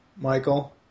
Michael